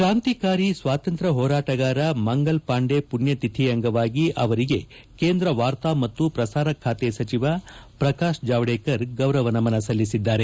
ಕಾಂತಿಕಾರಿ ಸ್ವಾತಂತ್ರ್ಯ ಹೋರಾಟಗಾರ ಮಂಗಲ್ ಪಾಂಡೆ ಮಣ್ನತಿಥಿ ಅಂಗವಾಗಿ ಅವರಿಗೆ ಕೇಂದ್ರ ವಾರ್ತಾ ಮತ್ತು ಪ್ರಸಾರ ಖಾತೆ ಸಚಿವ ಪ್ರಕಾಶ್ ಜಾವಡೇಕರ್ ಗೌರವ ನಮನ ಸಲ್ಲಿಸಿದ್ದಾರೆ